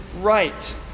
right